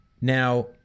Now